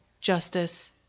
justice